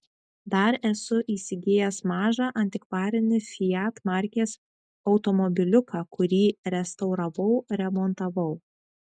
dar esu įsigijęs mažą antikvarinį fiat markės automobiliuką kurį restauravau remontavau